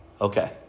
Okay